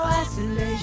isolation